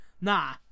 Nah